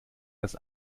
das